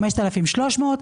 שזה 5,300,